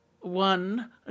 one